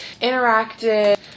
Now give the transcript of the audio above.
interactive